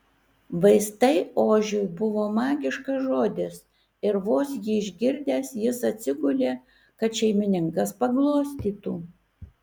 vaistai ožiui buvo magiškas žodis ir vos jį išgirdęs jis atsigulė kad šeimininkas paglostytų